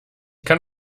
kann